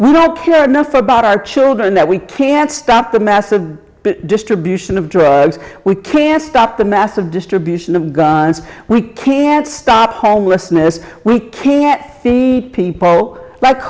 we don't care enough about our children that we can't stop the massive distribution of drugs we can stop the massive distribution of we can't stop homelessness we can't feed people